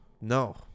No